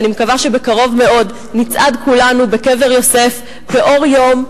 ואני מקווה שבקרוב מאוד נצעד כולנו בקבר יוסף באור יום,